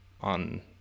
on